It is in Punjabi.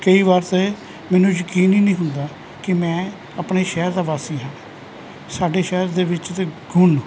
ਕਈ ਵਾਰ ਤਾਂ ਮੈਨੂੰ ਯਕੀਨ ਹੀ ਨਹੀਂ ਹੁੰਦਾ ਕਿ ਮੈਂ ਆਪਣੇ ਸ਼ਹਿਰ ਦਾ ਵਾਸੀ ਹਾਂ ਸਾਡੇ ਸ਼ਹਿਰ ਦੇ ਵਿੱਚ ਤਾਂ ਗੁਣ